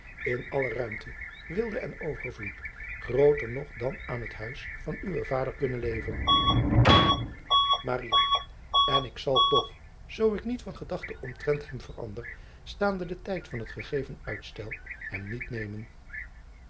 in alle ruimte weelde en overvloed grooter nog dan aan het huis van uwen vader kunnen leven n ik zal toch zoo ik niet van gedachte omtrent hem verander staande den tijd van het gegeven uitstel hem niet nemen